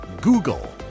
Google